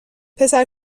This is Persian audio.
پسر